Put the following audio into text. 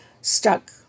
stuck